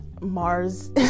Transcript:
Mars